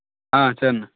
ஆ சரிண்ணே